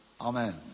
amen